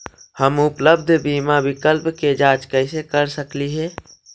हम उपलब्ध बीमा विकल्प के जांच कैसे कर सकली हे?